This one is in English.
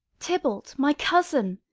tybalt, my cousin!